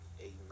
Amen